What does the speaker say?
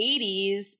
80s